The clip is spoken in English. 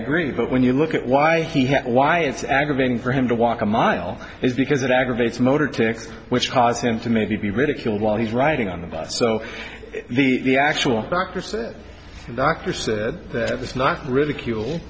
agree but when you look at why he why it's aggravating for him to walk a mile is because it aggravates motor text which caused him to maybe be ridiculed while he's riding on the bus so the actual doctor's doctor said that it's not ridicule